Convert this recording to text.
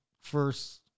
first